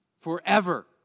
forever